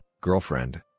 girlfriend